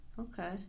okay